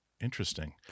Interesting